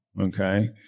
okay